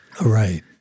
Right